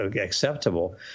acceptable